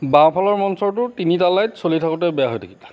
বাওঁফালৰ মঞ্চটোৰ তিনিটা লাইট চলি থাকোঁতেই বেয়া হৈ থাকিলে